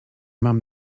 mam